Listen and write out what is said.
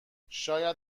شاید